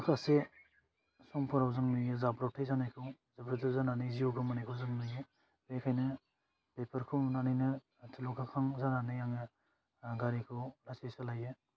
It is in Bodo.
माखासे समफोराव जों नुयो जाब्रबथाइ जानायखौ जाब्रबथाइ जानानै जिउ गोमानायखौ जों नुयो बेखायनो बेफोरखौ नुनानैनो थुलुंगाखां जानानै आङो गारिखौ लासै सालायो